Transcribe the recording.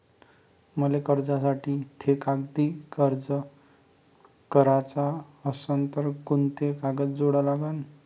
मले कर्जासाठी थे कागदी अर्ज कराचा असन तर कुंते कागद जोडा लागन?